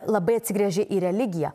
labai atsigręžė į religiją